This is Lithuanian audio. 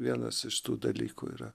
vienas iš tų dalykų yra